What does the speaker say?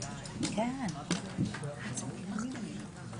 הישיבה ננעלה בשעה